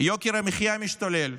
יוקר המחיה משתולל.